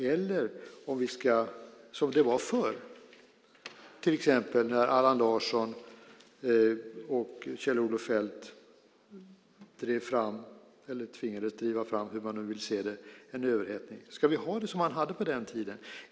Eller ska vi ha det som det var förr, till exempel när Allan Larsson och Kjell-Olof Feldt drev fram eller tvingades driva fram, hur man nu vill se det, en överhettning?